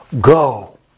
Go